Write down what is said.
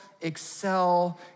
excel